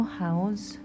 house